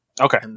okay